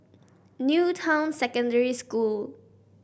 New Town Secondary School